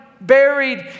buried